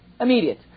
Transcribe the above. immediate